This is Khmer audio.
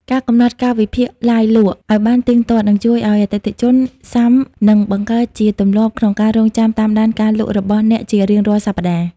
ការកំណត់ កាលវិភាគឡាយលក់ ឱ្យបានទៀងទាត់ នឹងជួយឱ្យអតិថិជនស៊ាំ និងបង្កើតជាទម្លាប់ក្នុងការរង់ចាំតាមដានការលក់របស់អ្នកជារៀងរាល់សប្ដាហ៍។